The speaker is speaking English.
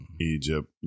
Egypt